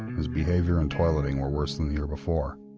his behaviour and toileting were worse than the year before.